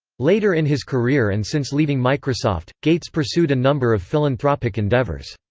later in his career and since leaving microsoft, gates pursued a number of philanthropic endeavors.